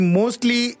mostly